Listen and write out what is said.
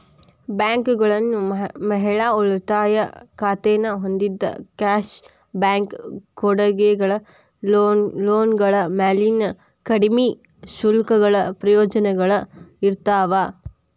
ಬ್ಯಾಂಕ್ಗಳು ಮಹಿಳಾ ಉಳಿತಾಯ ಖಾತೆನ ಹೊಂದಿದ್ದ ಕ್ಯಾಶ್ ಬ್ಯಾಕ್ ಕೊಡುಗೆಗಳ ಲೋನ್ಗಳ ಮ್ಯಾಲಿನ ಕಡ್ಮಿ ಶುಲ್ಕಗಳ ಪ್ರಯೋಜನಗಳ ಇರ್ತಾವ